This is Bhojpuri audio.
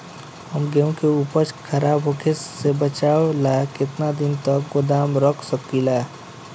हम गेहूं के उपज खराब होखे से बचाव ला केतना दिन तक गोदाम रख सकी ला?